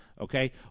okay